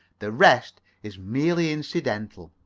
the rest is merely incidental.